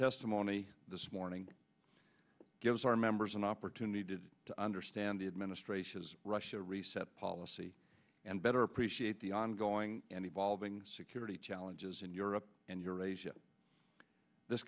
testimony this morning gives our members an opportunity did to understand the administration russia reset policy and better appreciate the ongoing and evolving security challenges in europe and eurasia this